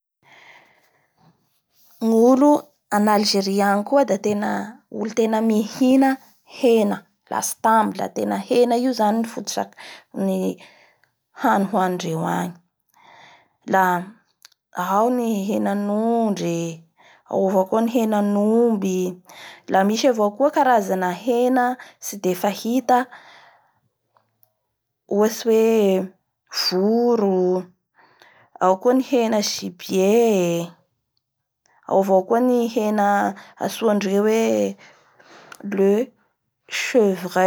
Gna algerie agny da misy ny hany nentimpaharaza ao gny corba, ao ny harira, ao ny koa ny hmissizy io zany da salade miaraky amin'ny poivron da tsy hadino ny couscous io ny tena sakafo hoanin'ny olo rehetra rehetra agny.